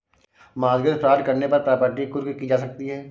mortgage fraud करने पर property कुर्क की जा सकती है